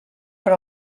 per